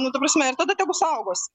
nu ta prasme ir tada tegu saugos